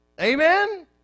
Amen